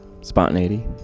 Spontaneity